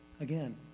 again